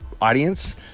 audience